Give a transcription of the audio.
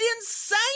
insane